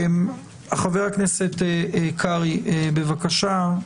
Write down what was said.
חבר הכנסת קרעי, בבקשה.